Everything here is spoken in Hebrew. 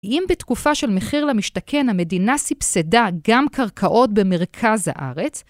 אם בתקופה של מחיר למשתכן המדינה סבסדה גם קרקעות במרכז הארץ,